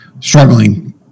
struggling